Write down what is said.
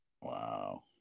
Wow